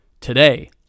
today